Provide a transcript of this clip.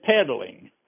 pedaling